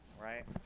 Right